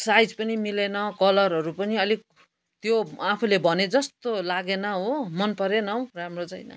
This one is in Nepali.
साइज पनि मिलेन कलरहरू पनि अलिक त्यो आफूले भने जस्तो लागेन हो मन परेन हौ राम्रो छैन